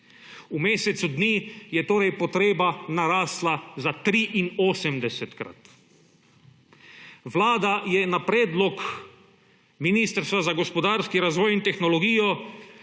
V mesecu dni je torej potreba narasla za 83-krat. Vlada je na predlog Ministrstva za gospodarski razvoj in tehnologijo